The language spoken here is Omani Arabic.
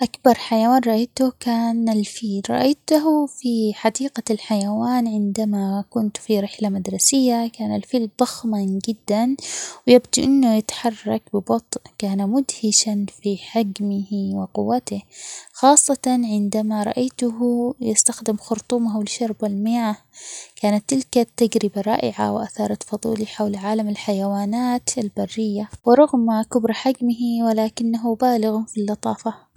أكبر حيوان رأيته كان الفيل، رأيته في حديقة الحيوان عندما كنت في رحلة مدرسية، كان الفيل ضخماً جداً ويبدو أنه يتحرك ببطء كان مدهشاً في حجمه وقوته خاصةً عندما رأيته يستخدم خرطومه لشرب المياه، كانت تلك التجربة رائعة وأثارت فضولي حول عالم الحيوانات البرية ورغم كبر حجمه ولكنه بالغ في اللطافة.